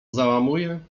załamuje